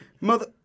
Mother